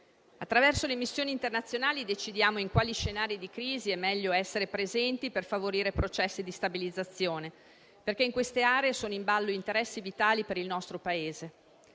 Attraverso le missioni internazionali decidiamo in quali scenari di crisi è meglio essere presenti per favorire processi di stabilizzazione, perché in queste aree sono in ballo interessi vitali per il nostro Paese,